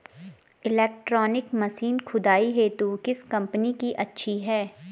Electronic machine खुदाई हेतु किस कंपनी की अच्छी है?